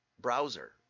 browser